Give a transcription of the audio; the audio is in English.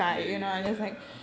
ya ya ya